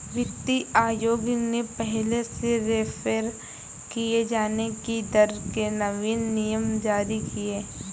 वित्तीय आयोग ने पहले से रेफेर किये जाने की दर के नवीन नियम जारी किए